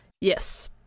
Yes